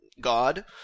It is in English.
god